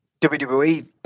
WWE